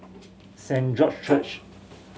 Saint George Church